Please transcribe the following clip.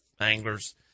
anglers